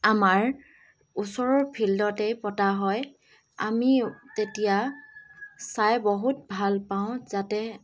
আমাৰ ওচৰৰ ফিল্ডতেই পতা হয় আমি তেতিয়া চাই বহুত ভাল পাওঁ যাতে